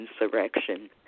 insurrection